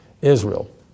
Israel